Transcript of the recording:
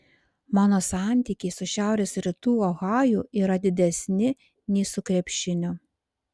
mano santykiai su šiaurės rytų ohaju yra didesni nei su krepšiniu